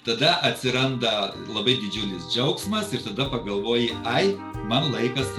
tada atsiranda labai didžiulis džiaugsmas ir tada pagalvoji ai man laikas